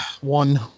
one